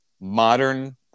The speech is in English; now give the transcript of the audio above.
modern